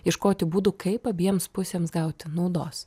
ieškoti būdų kaip abiems pusėms gauti naudos